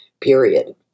period